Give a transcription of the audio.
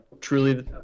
truly